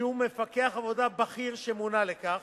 שהוא מפקח עבודה בכיר שמונה לכך,